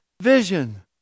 vision